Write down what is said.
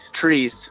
trees